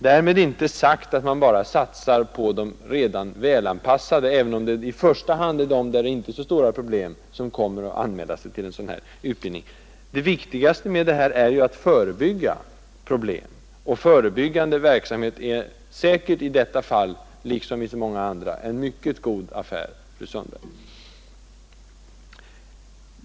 Därmed är inte sagt att man bara satsar på de redan välanpassade, även om det i första hand är föräldrar utan stora problem, som kommer att anmäla sig till utbildning en. Det viktigaste är ju att förebygga svårigheter. Förebyggande verksamhet är säkert i detta fall, liksom i så många andra, en mycket god affär, fru Sundberg.